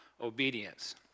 obedience